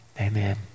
Amen